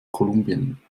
kolumbien